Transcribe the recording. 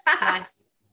nice